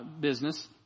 business